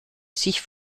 sich